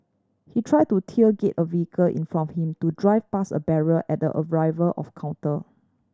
he tried to tailgate a vehicle in front of him to drive past a barrier at the arrival of counter